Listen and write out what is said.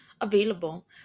available